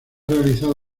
realizado